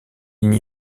n’y